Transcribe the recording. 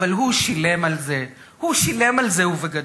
אבל הוא שילם על זה, הוא שילם על זה ובגדול.